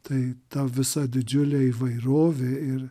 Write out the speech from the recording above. tai ta visa didžiulė įvairovė ir